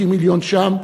50 מיליון שם,